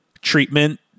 treatment